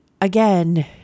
again